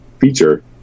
feature